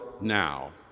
now